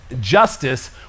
justice